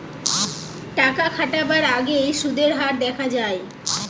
টাকা খাটাবার আগেই সুদের হার দেখা যায়